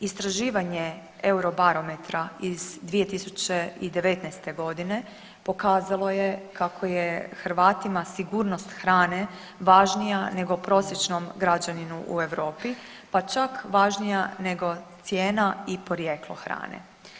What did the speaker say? Istraživanje Euro barometra iz 2019. godine pokazalo je kako je Hrvatima sigurnost hrane važnija nego prosječnom građaninu u Europi, pa čak važnija nego cijena i porijeklo hrane.